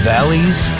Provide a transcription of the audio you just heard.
Valley's